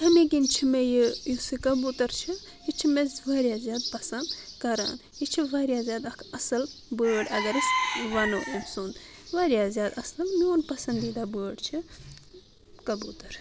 امی کِنۍ چھُ مےٚ یہِ یُس یہِ کبوٗتر چھُ یہِ چھُ مےٚ واریاہ زیادٕ پسنٛد کران یہِ چھُ واریاہ زیادٕ اکھ اصل بٲڑ اگر أسۍ ونو أمۍ سُنٛد واریاہ زیادٕ اصل میون پسنٛدیٖدہ بٲڑ چھُ کبوٗتر